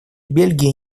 бельгии